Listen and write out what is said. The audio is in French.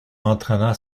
entraîna